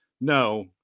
No